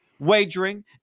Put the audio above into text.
Wagering